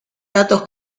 datos